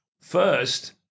First